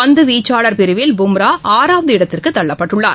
பந்துவீச்சாளர் பிரிவில் பும்ரா ஆறாவது இடத்திற்கு தள்ளப்பட்டுள்ளார்